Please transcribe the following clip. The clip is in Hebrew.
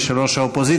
ושל ראש האופוזיציה,